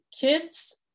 kids